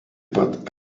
pat